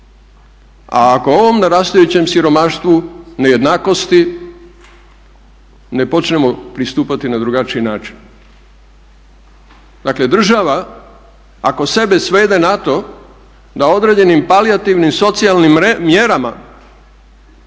i ako ovom narastajućem siromaštvu, nejednakosti ne počnemo pristupati na drugačiji način. Dakle država ako sebe svede na to da određenim palijativnim socijalnim mjerama